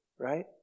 right